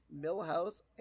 Millhouse